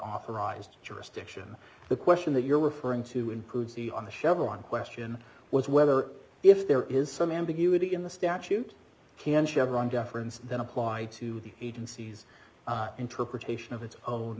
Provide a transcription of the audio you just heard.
authorized jurisdiction the question that you're referring to includes the on the chevron question was whether if there is some ambiguity in the statute can chevron deference then apply to the agency's interpretation of its own